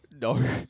No